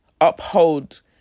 uphold